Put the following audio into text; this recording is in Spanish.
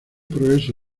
progreso